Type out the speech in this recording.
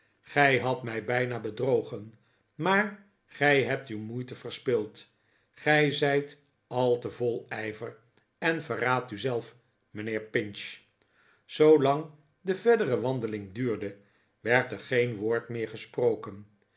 gij hadt mij bijna bedrogen maar gij hebt uw moeite verspild gij zijt al te vol ijver en verraadt u zelf mijnheer pinch zoolang de verdere wandering duurde werd er geen woord meer gesproken